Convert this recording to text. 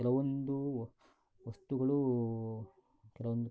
ಕೆಲವೊಂದು ವಸ್ತುಗಳು ಕೆಲವೊಂದು